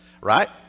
right